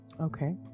Okay